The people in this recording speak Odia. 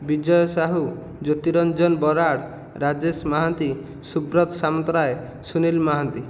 ବିଜୟ ସାହୁ ଜ୍ୟୋତି ରଞ୍ଜନ ବରାଳ ରାଜେଶ ମହାନ୍ତି ସୁବ୍ରତ ସାମନ୍ତରାୟ ସୁନୀଲ ମହାନ୍ତି